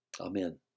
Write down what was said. Amen